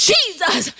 Jesus